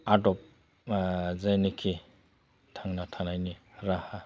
आदब जायनोखि थांना थानायनि राहा